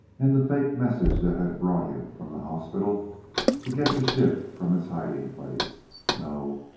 and the faked message that had brought him from the hospital to get the ship from its hiding place no,